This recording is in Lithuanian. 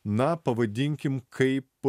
na pavadinkim kaip